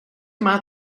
yma